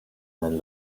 man